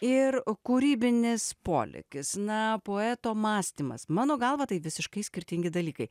ir kūrybinis polėkis na poeto mąstymas mano galva tai visiškai skirtingi dalykai